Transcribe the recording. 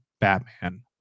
Batman